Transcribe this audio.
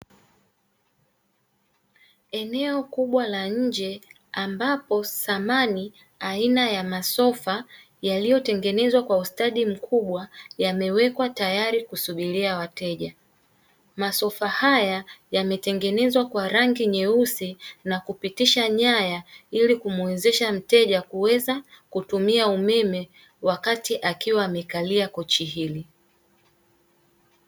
Eneo kubwa la nje ambapo samani aina ya masofa yaliyotengenezwa kwa ustadi mkubwa yamewekwa tayari kusubiria wateja. Masofa haya yametengenezwa kwa rangi nyeusi na kupitisha nyaya ili kumuwezesha mteja kuweza kutumia umeme wakati akiwa amekalia kochi hili.